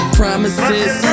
promises